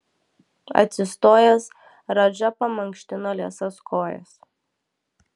atsistojęs radža pamankštino liesas kojas